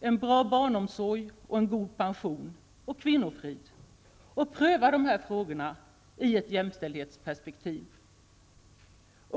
en bra barnomsorg, en god pension, kvinnofrid -- och pröva dem i ett jämställdhetsperspektiv.